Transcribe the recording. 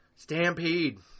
Stampede